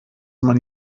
man